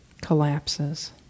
collapses